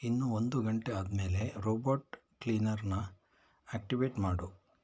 ಇನ್ನು ಒಂದು ಗಂಟೆ ಆದ ಮೇಲೆ ರೋಬೋಟ್ ಕ್ಲೀನರನ್ನ ಆಕ್ಟಿವೇಟ್ ಮಾಡು